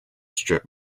strip